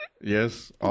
Yes